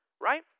right